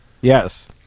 yes